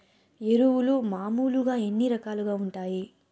ఎరువులు మామూలుగా ఎన్ని రకాలుగా వుంటాయి?